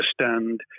understand